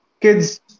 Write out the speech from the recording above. kids